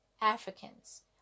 Africans